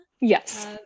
Yes